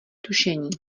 tušení